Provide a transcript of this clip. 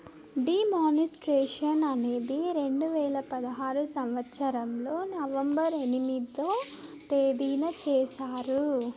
D మానిస్ట్రేషన్ అనేది రెండు వేల పదహారు సంవచ్చరంలో నవంబర్ ఎనిమిదో తేదీన చేశారు